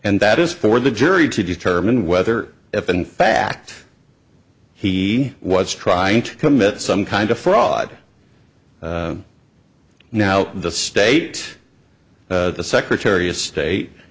that is for the jury to determine whether if in fact he was trying to commit some kind of fraud now the state the secretary of state